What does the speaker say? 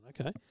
Okay